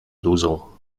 duzą